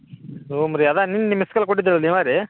ಹ್ಞೂಂ ರಿ ಅದೇ ನೆನ್ನೆ ಮಿಸ್ ಕಾಲ್ ಕೊಟ್ಟಿದ್ದೇವಲ್ಲ ನೀವೇ ರಿ